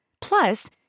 Plus